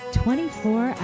24